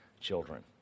children